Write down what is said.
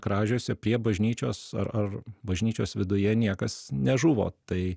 kražiuose prie bažnyčios ar ar bažnyčios viduje niekas nežuvo tai